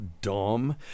dumb